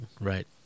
Right